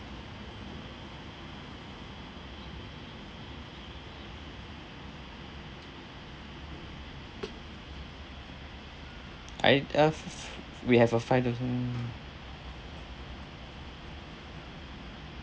I uh f~ we have a five days